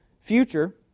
future